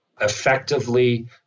effectively